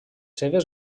seves